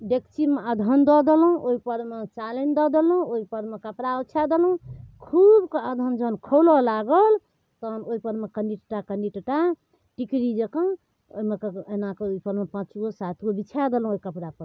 डेकचीमे अदहन दऽ देलहुँ ओहिपरमे चालनि दऽ देलहुँ ओहिपरमे कपड़ा ओछा देलहुँ खूबके अदहन जहन खौलऽ लागल तहन ओहिपरमे कनि टटा कनी टटा टिकरीजकाँ ओहिमेकऽ एनाकऽ ओहिपरमे पाँचगो सातगो बिछा देलहुँ ओहि कपड़ापरके